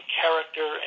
character